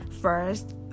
first